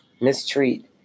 mistreat